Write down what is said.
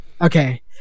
Okay